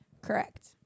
Correct